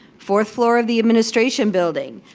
fourth floor of the administration building.